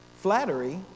Flattery